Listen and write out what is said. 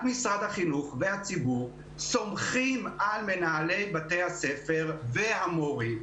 משרד החינוך והציבור סומכים על מנהלי בתי הספר והמורים,